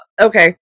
okay